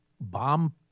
bomb